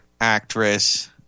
actress